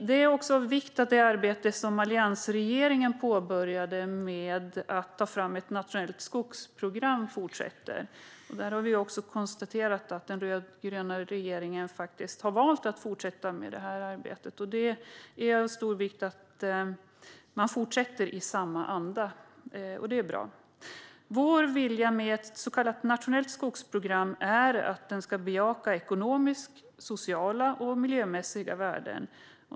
Det är också av vikt att det arbete som alliansregeringen påbörjade med att ta fram ett nationellt skogsprogram fortsätter. Vi har konstaterat att den rödgröna regeringen har valt att fortsätta med det här arbetet. Det är bra, och det är av stor vikt att man fortsätter i samma anda. Vår vilja med ett så kallat nationellt skogsprogram är att det ska bejaka ekonomiska, sociala och miljömässiga värden.